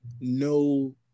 no